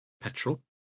petrol